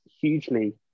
hugely